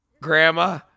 Grandma